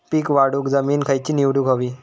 पीक वाढवूक जमीन खैची निवडुक हवी?